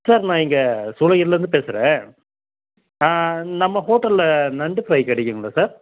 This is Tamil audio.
சார் நான் இங்கே சோலையூர்லந்து பேசுகிறேன் நம்ம ஹோட்டலில் நண்டு ஃபிரை கிடைக்குங்களா சார்